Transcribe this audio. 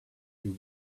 you